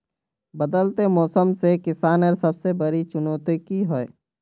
बदलते मौसम से किसानेर सबसे बड़ी चुनौती की होय?